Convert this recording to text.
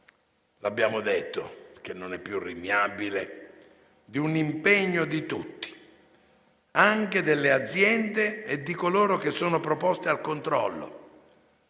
abbiamo già detto non è più rinviabile - di un impegno di tutti, anche delle aziende e di coloro che sono preposti al controllo,